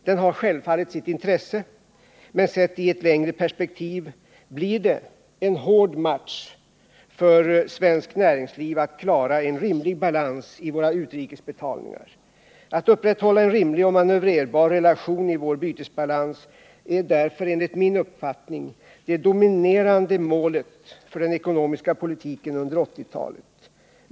Den har självfallet sitt intresse, men sett i ett längre perspektiv blir det en hård match för svenskt näringsliv att klara en rimlig balans i våra utrikesbetalningar. Att upprätthålla en rimlig och manövrerbar relation i vår bytesbalans är därför enligt min uppfattning det dominerande målet för den ekonomiska politiken under 1980-talet.